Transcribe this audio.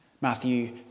Matthew